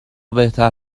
بهتر